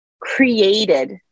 created